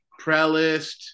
prelist